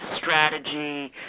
strategy